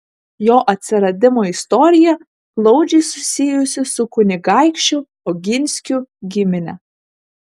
jo atsiradimo istorija glaudžiai susijusi su kunigaikščių oginskių gimine